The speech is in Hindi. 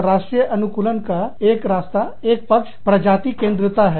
अंतर्राष्ट्रीय अनुकूलन का एक रास्ता एक पक्ष प्रजातिकेंद्रिता है